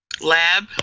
lab